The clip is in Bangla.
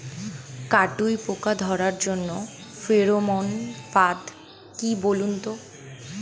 কাটুই পোকা ধরার জন্য ফেরোমন ফাদ কি বলুন তো?